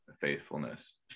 faithfulness